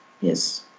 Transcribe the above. Yes